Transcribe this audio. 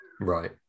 Right